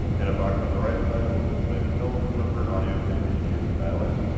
and a box on the right side will display the telephone number and audio pin you should use to dial in.